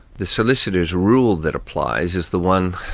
the solicitor's rule that applies is the one,